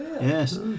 Yes